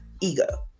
ego